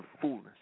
fullness